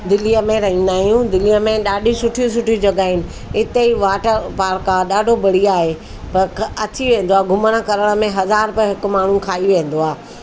दिल्लीअ में रहंदा आहियूं दिल्लीअ में ॾाढियूं सुठियूं सुठियूं जॻहियूं आहिनि इते ई वाटर पार्क आहे ॾाढो बढ़िया आहे अची वेंदो आहे घुमणु करण में हज़ार रुपए हिकु माण्हू खाई वेंदो आहे